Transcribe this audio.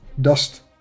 Dust